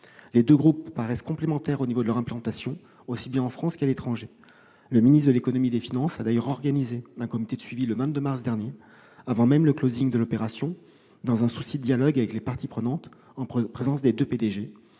Les deux groupes paraissent complémentaires au niveau de leur implantation, aussi bien en France qu'à l'étranger. Le ministre de l'économie et des finances a d'ailleurs organisé un comité de suivi le 22 mars dernier, avant même le de l'opération, dans un souci de dialogue avec les parties prenantes en présence des deux P-DG.